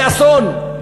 לאסון.